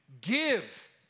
Give